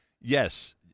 yes